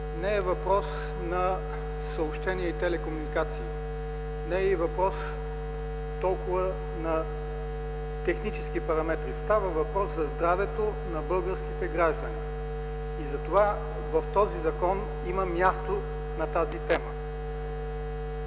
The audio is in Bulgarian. Не е въпрос на съобщения и телекомуникации, не е и въпрос толкова на технически параметри, а става въпрос за здравето на българските граждани. В този закон затова има място за тази тема!